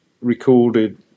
recorded